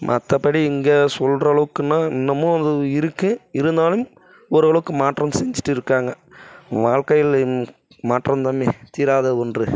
மற்றபடி இங்கே சொல்கிற அளவுக்குன்னா இன்னமும் அது இருக்கு இருந்தாலும் ஓரளவுக்கு மாற்றம் செஞ்சிகிட்டு இருக்காங்க வாழ்க்கையில மாற்றம் தானே தீராத ஒன்று